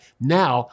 now